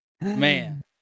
Man